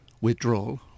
withdrawal